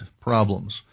problems